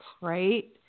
right